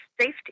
safety